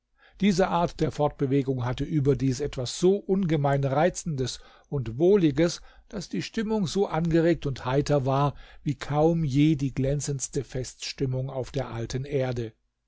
diese art der fortbewegung hatte überdies etwas so ungemein reizendes und wohliges daß die stimmung so angeregt und heiter war wie kaum je die glänzendste feststimmung auf der alten erde